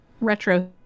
retro